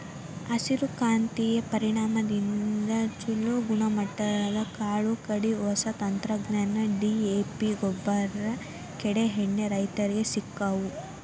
ಹಸಿರು ಕ್ರಾಂತಿಯ ಪರಿಣಾಮದಿಂದ ಚುಲೋ ಗುಣಮಟ್ಟದ ಕಾಳು ಕಡಿ, ಹೊಸ ತಂತ್ರಜ್ಞಾನ, ಡಿ.ಎ.ಪಿಗೊಬ್ಬರ, ಕೇಡೇಎಣ್ಣಿ ರೈತರಿಗೆ ಸಿಕ್ಕವು